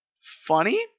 funny